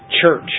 church